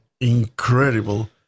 Incredible